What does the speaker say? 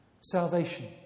Salvation